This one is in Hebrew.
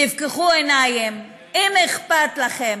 תפקחו עיניים, אם אכפת לכם,